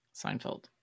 Seinfeld